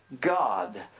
God